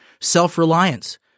self-reliance